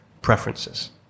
preferences